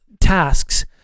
tasks